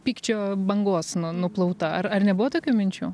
pykčio bangos nu nuplauta ar ar nebuvo tokių minčių